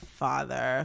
father